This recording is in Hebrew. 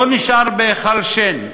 לא נשאר בהיכל השן.